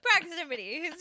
proximity